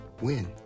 win